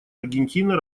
аргентина